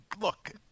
Look